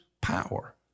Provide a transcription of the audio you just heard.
power